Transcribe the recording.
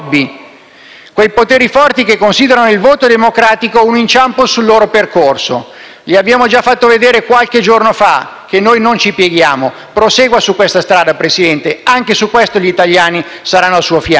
quei poteri forti che considerano il voto democratico un inciampo sul loro percorso. Gli abbiamo già fatto vedere qualche giorno fa che noi non ci pieghiamo. Prosegua su questa strada, Presidente, anche su questo gli italiani saranno al suo fianco.